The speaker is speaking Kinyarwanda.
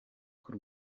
k’u